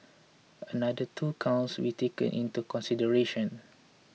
another two counts retaken into consideration